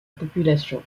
population